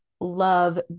love